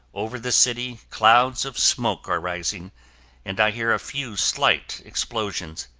over the city, clouds of smoke are rising and i hear a few slight explosions.